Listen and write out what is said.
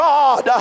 God